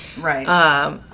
right